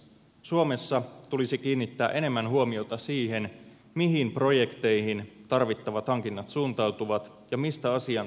suomessa tulisi kiinnittää enemmän huomiota siihen mihin projekteihin tarvittavat hankinnat suuntautuvat ja mistä asiantuntijat hankitaan